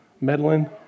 Meddling